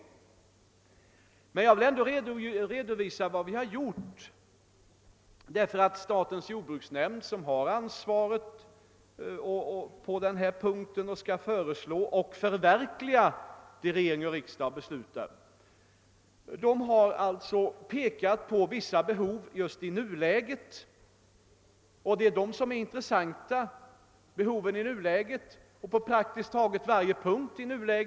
Jag har emellertid ändå velat redovisa vad vi gjort, eftersom statens jordbruksnämnd, som har ansvaret för att i detta sammanhang förverkliga det som regering och riksdag beslutat, pekat på vissa behov i nuläget. På praktiskt taget varje punkt har regeringen, vilket är det intressanta, följt de önskemål som framförts.